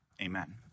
Amen